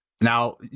Now